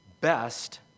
best